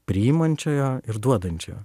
priimančiojo ir duodančiojo